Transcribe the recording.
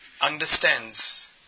understands